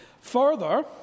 Further